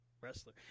wrestler